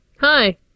Hi